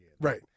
Right